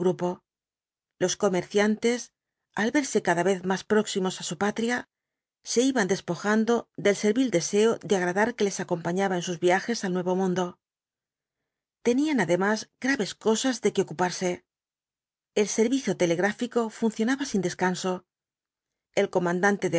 los comerciantes al verse cada vez más próximos á su patria se iban despojando del servil deseo de agradar que les acompañaba en sus viajes al nuevo mundo tenían además graves cosas de que ocuparse el servicio telegráfico funcionaba sin descanso el comandante